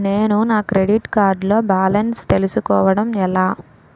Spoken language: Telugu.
నేను నా క్రెడిట్ కార్డ్ లో బాలన్స్ తెలుసుకోవడం ఎలా?